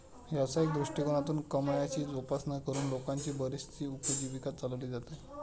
व्यावसायिक दृष्टिकोनातून कमळाची जोपासना करून लोकांची बरीचशी उपजीविका चालवली जाते